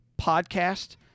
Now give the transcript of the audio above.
podcast